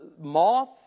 moth